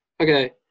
Okay